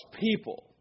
people